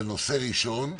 בנושא ראשון,